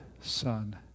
son